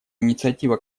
инициатива